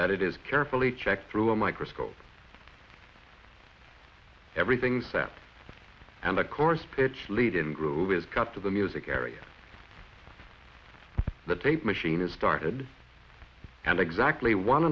that it is carefully checked through a microscope everything's set and of course pitch lead in groove is cut to the music area the tape machine is started and exactly one